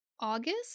August